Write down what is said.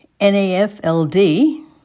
NAFLD